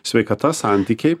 sveikata santykiai